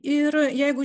ir jeigu